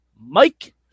Mike